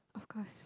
of course